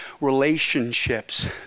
relationships